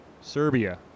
Serbia